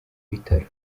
bitaro